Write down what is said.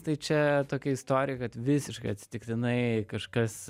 tai čia tokia istorija kad visiškai atsitiktinai kažkas